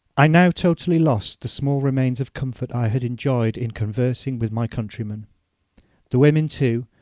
i now totally lost the small remains of comfort i had enjoyed in conversing with my countrymen the women too,